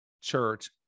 church